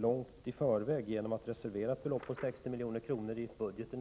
långt i förväg genom att i våras avsätta ett belopp på 60 milj.kr. i budgeten.